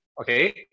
okay